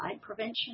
prevention